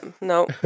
no